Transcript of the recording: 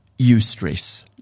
eustress